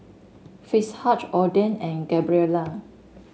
Fitzhugh Ogden and Gabriela